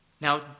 Now